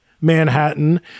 Manhattan